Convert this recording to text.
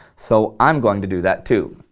so i'm gonna do that too.